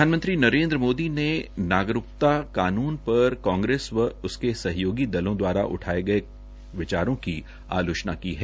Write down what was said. प्रधानमंत्री नरेन्द मोदी ने नागरिकता कानून पर कांग्रेस व उसके सहयोगी दलों द्वारा उठाये गये विचारों की आलोचना की है